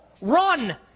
run